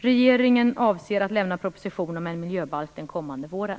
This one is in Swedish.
Regeringen avser att lämna proposition om en miljöbalk den kommande våren.